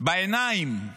בעיניים אנחנו